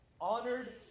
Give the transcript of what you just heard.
honored